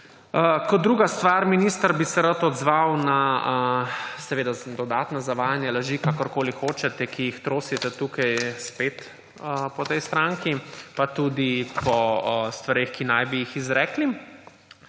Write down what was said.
Kot druga stvar, minister, bi se rad odzval na dodatno zavajanje, laži, kakorkoli hočete, ki jih trosite tukaj spet po tej stranki, pa tudi po stvareh, ki naj bi jih izrekli.